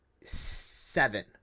seven